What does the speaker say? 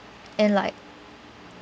and like